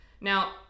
Now